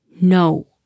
No